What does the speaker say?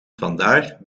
vandaar